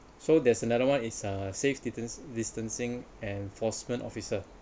so there's another [one] is uh safe distance distancing enforcement officer